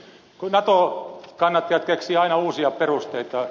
nato kannattajat keksivät aina uusia perusteita